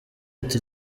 ati